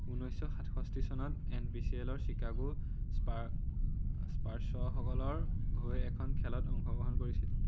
ঊনৈছশ সাতষষ্টি চনত এন পি চি এলৰ চিকাগো স্পাৰ্ছসকলৰ হৈ এখন খেলত অংশগ্ৰহণ কৰিছিল